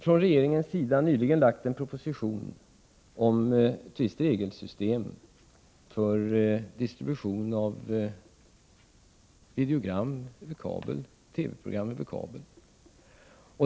Regeringen har nyligen lagt fram en proposition om ett visst regelsystem för distribution av videogram, dvs. TV-program över kabel.